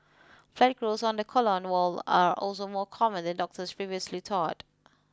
flat growths on the colon wall are also more common than doctors previously thought